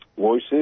Voices